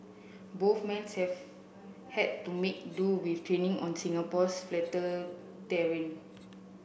both men have had to make do with training on Singapore's flatter terrain